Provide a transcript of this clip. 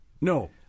No